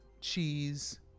cheese